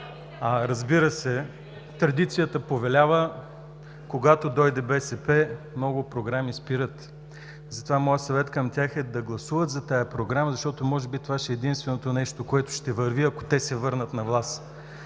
Разбира се, традицията повелява, когато дойде БСП, много програми спират. Затова моят съвет към тях е да гласуват за тази Програма, защото може би това ще е единственото нещо, което ще върви, ако те се върнат на власт.